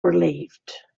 relieved